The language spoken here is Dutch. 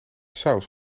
saus